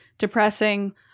Depressing